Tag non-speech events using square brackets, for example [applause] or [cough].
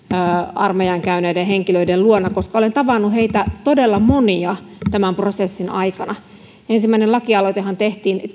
armeijan käyneiden henkilöiden luona koska olen tavannut todella monia heistä tämän prosessin aikana ensimmäinen lakialoitehan tehtiin [unintelligible]